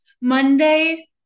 Monday